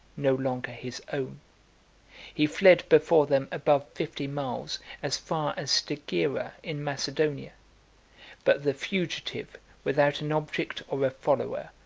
no longer his own he fled before them above fifty miles, as far as stagyra, in macedonia but the fugitive, without an object or a follower,